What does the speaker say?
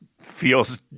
feels